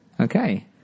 Okay